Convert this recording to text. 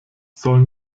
sollen